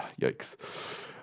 Yikes